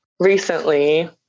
recently